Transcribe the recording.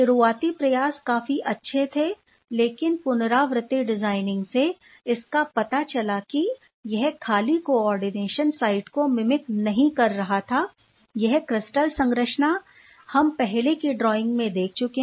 शुरुआती प्रयास काफी अच्छे थे लेकिन पुनरावृति डिजाइनिंग से इसका पता चला कि यह खाली कोऑर्डिनेशन साइट को मिमिक नहीं कर रहा था यह क्रिस्टल संरचना हम पहले की ड्राइंग में देख चुके हैं